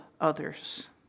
others